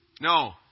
No